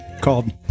Called